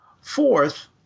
Fourth